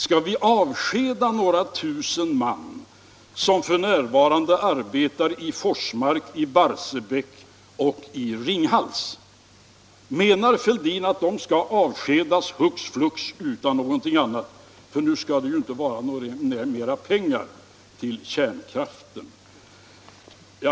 Skall vi avskeda åtskilliga tusen man, som f.n. arbetar i Forsmark, i Barsebäck och i Ringhals? Menar herr Fälldin att de skall avskedas hux flux, eftersom det nu inte skall ges mer pengar till kärnkraften?